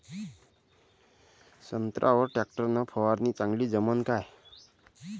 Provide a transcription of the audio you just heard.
संत्र्यावर वर टॅक्टर न फवारनी चांगली जमन का?